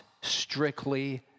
strictly